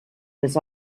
was